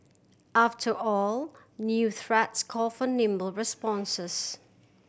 after all new threats call for nimble responses